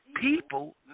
People